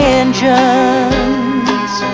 engines